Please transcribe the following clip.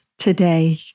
Today